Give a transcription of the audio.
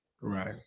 right